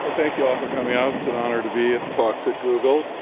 ah thank you all for coming out. it's an honor to be at talks at google.